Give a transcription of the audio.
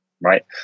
right